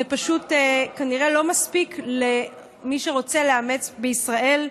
זה פשוט כנראה לא מספיק למי שרוצה לאמץ בישראל.